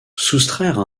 soustraire